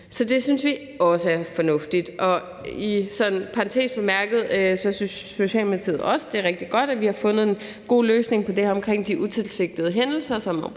Så det synes vi også er fornuftigt. I parentes bemærket synes Socialdemokratiet også, det er rigtig godt, at vi har fundet en god løsning omkring det her med de utilsigtede hændelser,